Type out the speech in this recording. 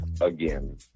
again